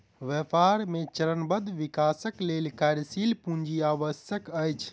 व्यापार मे चरणबद्ध विकासक लेल कार्यशील पूंजी आवश्यक अछि